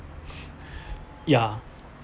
ya